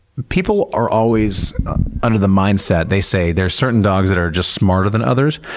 people are always under the mindset, they say there are certain dogs that are just smarter than others.